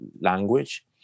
language